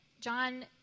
John